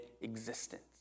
existence